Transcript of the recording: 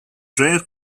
rare